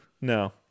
No